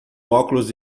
óculos